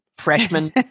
freshman